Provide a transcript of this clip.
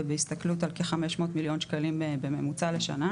ובהסתכלות על כ-500 מיליון שקלים בממוצע לשנה.